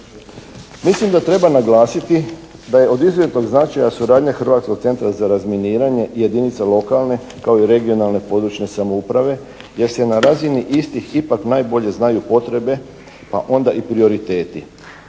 Mislim da treba naglasiti da je od izuzetnog značaja suradnja Hrvatskog centra za razminiranje jedinice lokalne kao i regionalne područne samouprave, jer se na razini istih ipak najbolje znaju potrebe pa onda i prioriteti.